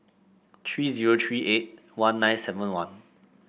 three zero three eight one nine seven one